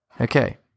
Okay